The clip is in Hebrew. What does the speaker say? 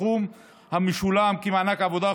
הסכום המשולם כמענק עבודה.